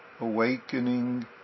Awakening